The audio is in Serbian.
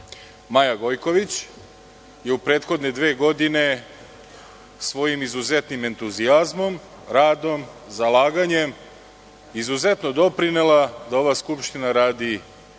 Gojković je u protekle dve godine svojim izuzetnim entuzijazmom, radom, zalaganjem izuzetno doprinela da ova Skupština radi efikasno,